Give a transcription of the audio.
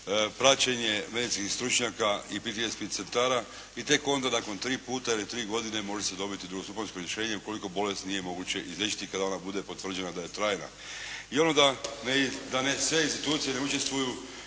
praćenje medicinskih stručnjaka i PTSP centara i tek onda nakon tri puta ili tri godine može se dobiti drugostupanjsko rješenje ukoliko bolest nije moguće izliječiti kada ona bude potvrđena da je trajna. I onda da sve institucije ne učestvuju